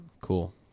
cool